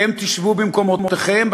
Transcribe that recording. אתם תשבו במקומותיכם,